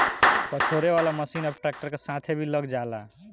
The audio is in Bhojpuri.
पछोरे वाला मशीन अब ट्रैक्टर के साथे भी लग जाला